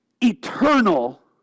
eternal